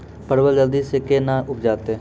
परवल जल्दी से के ना उपजाते?